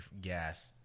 gas